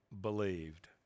believed